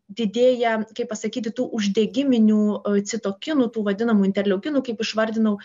didėja kaip pasakyti tų uždegiminių citokinų tų vadinamų interleukinų kaip išvardinau